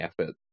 effort